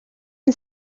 энэ